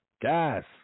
GAS